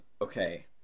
Okay